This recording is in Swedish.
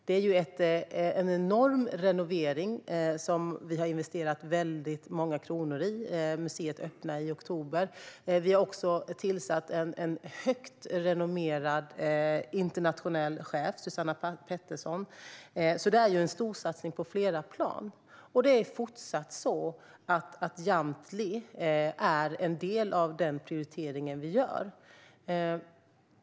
Det är en enorm renovering som vi har investerat väldigt många kronor i. Museet öppnar i oktober. Vi har också tillsatt en internationellt högt renommerad chef, Susanna Pettersson. Det är en stor satsning på flera plan. Och det är fortsatt så att Jamtli är en del av den prioritering vi gör.